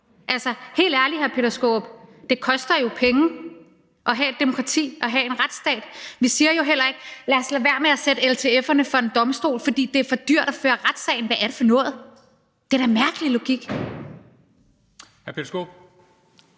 Altså helt ærligt, hr. Peter Skaarup, det koster jo penge at have et demokrati og have en retsstat. Vi siger jo heller ikke: Lad os lade være med at sætte LTF'erne for en domstol, fordi det er for dyrt at føre retssagen. Hvad er det for noget? Det er da en mærkelig logik.